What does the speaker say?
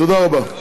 תודה רבה.